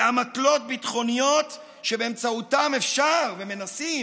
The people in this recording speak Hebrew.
באמתלות ביטחוניות שבאמצעותן אפשר ומנסים,